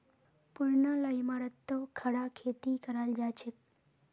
पुरना ला इमारततो खड़ा खेती कराल जाछेक